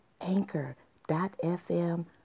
anchor.fm